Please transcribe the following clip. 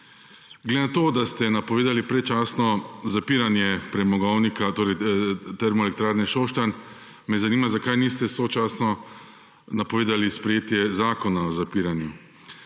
Glede na to, da ste napovedali predčasno zapiranje Termoelektrarne Šoštanj, me zanima: Zakaj niste sočasno napovedali sprejetje zakona o zapiranju?